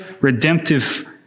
redemptive